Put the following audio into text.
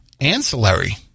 ancillary